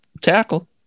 tackle